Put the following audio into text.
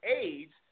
AIDS